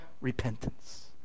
repentance